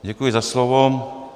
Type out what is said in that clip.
Děkuji za slovo.